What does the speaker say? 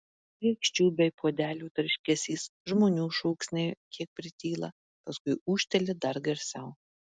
lėkščių bei puodelių tarškesys žmonių šūksniai kiek prityla paskui ūžteli dar garsiau